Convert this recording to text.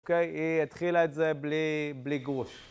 אוקיי, היא התחילה את זה בלי גרוש.